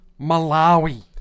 Malawi